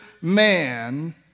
man